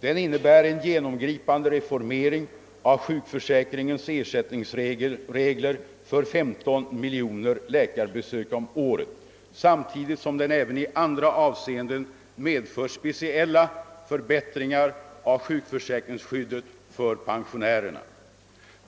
Den innebär en genomgripande reformering av sjukförsäkringens ersättningsregler för 15 miljoner läkarbesök om året, samtidigt som den även i andra avseenden medför speciella förbättringar av sjukförsäkringsskyddet för pensionärerna.